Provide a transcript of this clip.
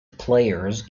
players